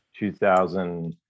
2000